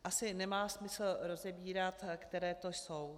Asi nemá smysl rozebírat, které to jsou.